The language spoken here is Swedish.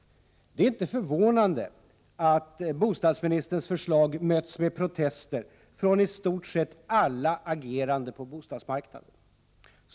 Det är inte förvånande att bostadsministerns förslag mötts med protester från istort sett alla agerande på bostadsmarknaden.